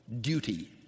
duty